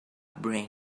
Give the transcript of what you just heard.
brain